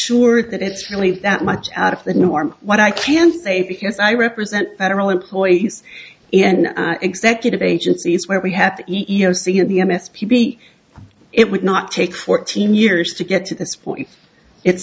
sure that it's really that much out of the norm what i can say because i represent federal employees and executive agencies where we had the e e o c and the m s p it would not take fourteen years to get to this point it's